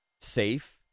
safe